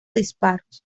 disparos